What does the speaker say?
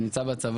אני נמצא בצבא,